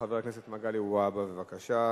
חבר הכנסת מגלי והבה, בבקשה.